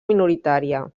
minoritària